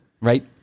right